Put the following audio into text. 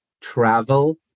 travel